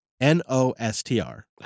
N-O-S-T-R